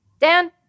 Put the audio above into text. Dan